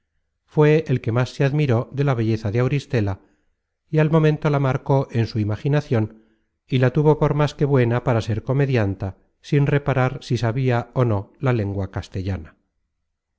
fué el que más se admiró de la belleza de auristela y al momento la marcó en su imaginacion y la tuvo por más que buena para ser comedianta sin reparar si sabia ó no la lengua castellana